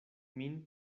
min